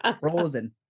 Frozen